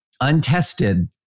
untested